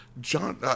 John